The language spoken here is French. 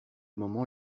moment